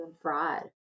fraud